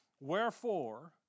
Wherefore